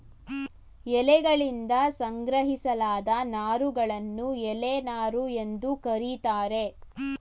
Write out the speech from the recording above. ಎಲೆಯಗಳಿಂದ ಸಂಗ್ರಹಿಸಲಾದ ನಾರುಗಳನ್ನು ಎಲೆ ನಾರು ಎಂದು ಕರೀತಾರೆ